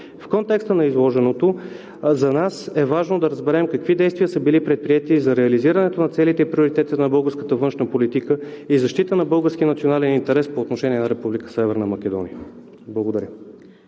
В контекста на изложеното за нас е важно да разберем какви действия са били предприети за реализирането на целите и приоритетите на българската външна политика и защита на българския национален интерес по отношение на Република Северна Македония? Благодаря.